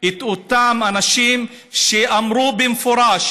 את אותם אנשים שאמרו במפורש: